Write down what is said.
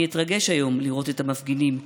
אני אתרגש היום לראות את המפגינים,